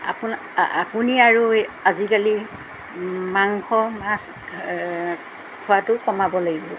আপুনি আৰু আজিকালি মাংস মাছ খোৱাটো কমাব লাগিব